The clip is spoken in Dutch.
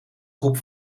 groep